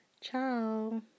Ciao